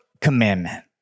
commandment